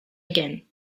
again